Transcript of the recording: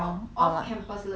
online 的 lah